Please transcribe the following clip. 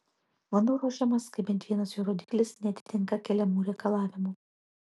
vanduo ruošiamas kai bent vienas jo rodiklis neatitinka keliamų reikalavimų